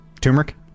Turmeric